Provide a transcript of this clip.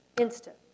instant